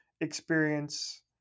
experience